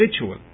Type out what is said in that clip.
ritual